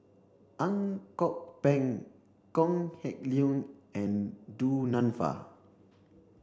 Ang Kok Peng Kok Heng Leun and Du Nanfa